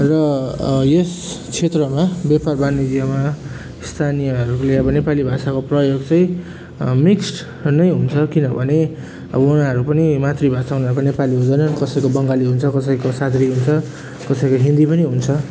र यस क्षेत्रमा व्यापार वाणिज्यमा स्थानीयहरूले अब नेपाली भाषामा प्रयोग चाहिँ मिक्स्ड नै हुन्छ किनभने अब उनीहरू पनि मातृभाषा उनीहरूको नेपाली हुँदैन कसैको बङ्गाली हुन्छ कसैको सादरी हुन्छ कसैको हिन्दी पनि हुन्छ